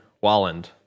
Walland